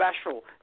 special